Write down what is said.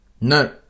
No